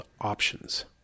options